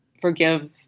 forgive